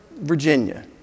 Virginia